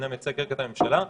אומנם כרגע אני מייצג את הממשלה,